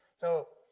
so,